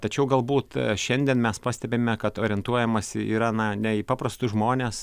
tačiau galbūt šiandien mes pastebime kad orientuojamasi yra na ne į paprastus žmones